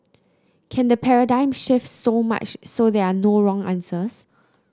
can the paradigm shift so much so there are no wrong answers